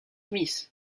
smith